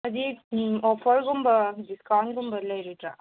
ꯑꯗꯤ ꯑꯣꯐꯔꯒꯨꯝꯕ ꯗꯤꯁꯀꯥꯎꯟꯒꯨꯝꯕ ꯂꯩꯔꯣꯏꯗ꯭ꯔꯥ